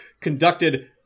conducted